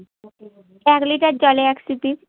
এক লিটার জলে এক ছিপি